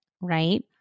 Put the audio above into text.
right